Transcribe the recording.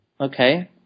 Okay